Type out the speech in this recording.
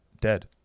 dead